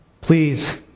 please